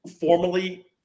formally